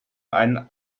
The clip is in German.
ein